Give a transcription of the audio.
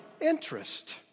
interest